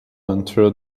entered